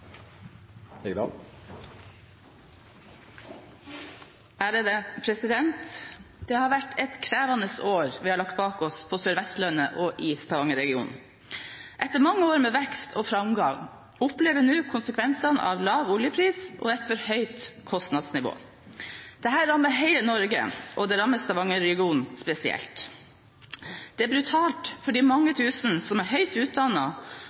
Det har vært et krevende år vi har lagt bak oss på Sør-Vestlandet og i Stavanger-regionen. Etter mange år med vekst og framgang opplever vi nå konsekvensene av lav oljepris og et for høyt kostnadsnivå. Dette rammer hele Norge, og det rammer Stavanger-regionen spesielt. Det er brutalt for de mange tusen som er høyt